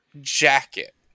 jacket